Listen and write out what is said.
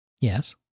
Yes